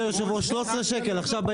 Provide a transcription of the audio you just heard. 13 שקלים,